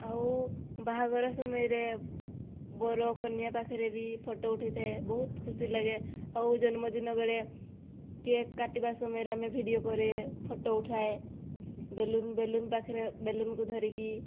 ଆଉ ବାହାଘର ସମୟରେ ବର କନ୍ୟା ପାଖରେ ବି ଫଟୋ ଉଠାଇଥାଏ ବହୁତ ଖୁସି ଲାଗେ ଆଉ ଜନ୍ମଦିନ ବେଳେ କେକ୍ କାଟିବା ସମୟରେ ଆମେ ଭିଡ଼ିଓ କରେ ଫଟୋ ଉଠାଏ ବେଲୁନ୍ ବେଲୁନ୍ ପାଖରେ ବେଲୁନ୍କୁ ଧରିକି